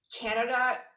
Canada